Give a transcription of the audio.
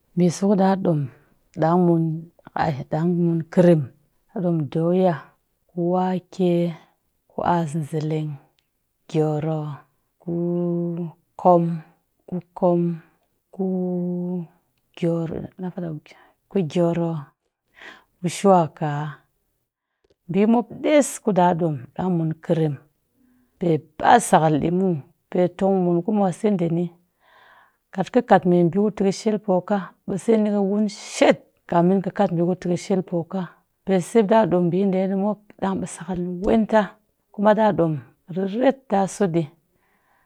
Ɓɨso ku ɗa ɗom dangmun kai ɗangmun ƙɨrimta doya ku wake ku ass zelleng ku gyioro ku kom ku ko kuu na fada ku gyioro ku shwakaa ɓiimop des kuɗa ɗom ɗang mun kɨrim pe ba sakal ɗii muw pe tong mun ku mwase ɗeni kat kɨ kat meɓi kutɨ kɨ shel pooka ɓee nikɨ wun shet, kamin ka kat ɓii kutɨ ka shel pooka pesese ɓii ɗaa ɗom ɓii ɗe ni mop dang ɓa a sakal ni weenta kuma ɗaa ɗom riret ta sooɗii.